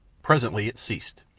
presently it ceased,